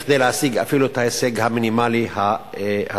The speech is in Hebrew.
כדי להשיג אפילו את ההישג המינימלי הזה.